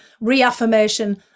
reaffirmation